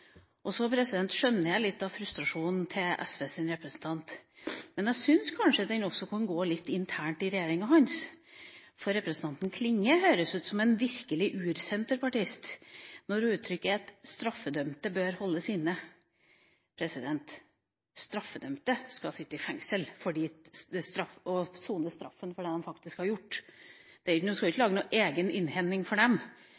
frustrasjonen til SVs representant, men jeg syns også de kan ta den internt i regjeringa hans, for representanten Klinge høres ut som en virkelig ur-senterpartist når hun uttrykker at straffedømte bør holdes inne. Straffedømte skal sitte i fengsel og sone straffen for det han faktisk har gjort. En skal ikke